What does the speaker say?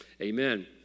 Amen